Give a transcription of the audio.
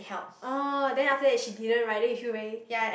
oh then after that she didn't write then you feel very